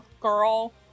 girl